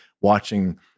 watching